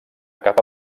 capa